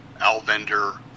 alvender